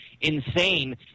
insane